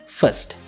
first